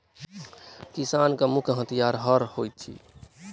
किसानक मुख्य हथियार हअर होइत अछि